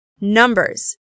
Numbers